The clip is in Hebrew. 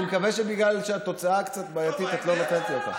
אני מקווה שבגלל שהתוצאה קצת בעייתית את לא נותנת לי אותה.